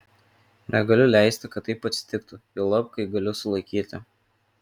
negaliu leisti kad taip atsitiktų juolab kai galiu sulaikyti